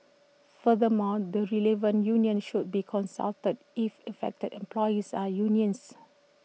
furthermore the relevant union should be consulted if affected employees are unionised